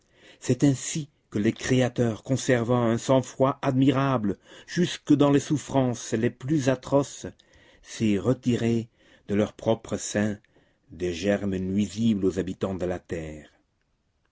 c'est ainsi que le créateur conservant un sang-froid admirable jusque dans les souffrances les plus atroces sait retirer de leur propre sein des germes nuisibles aux habitants de la terre